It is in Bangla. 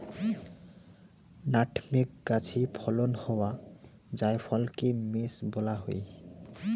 নাটমেগ গাছে ফলন হওয়া জায়ফলকে মেস বলা হই